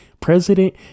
President